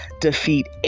defeat